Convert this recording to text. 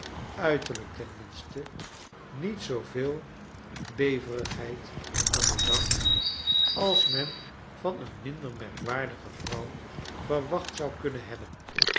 uiterlijk ten minste niet zooveel beverigheid aan den dag als men van een minder merkwaardige vrouw verwacht zou kunnen hebben